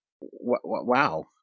Wow